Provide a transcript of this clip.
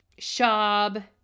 Shab